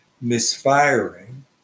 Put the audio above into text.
misfiring